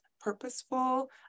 purposeful